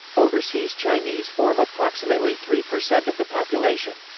overseas chinese form approximately three percent of the population.